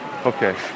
Okay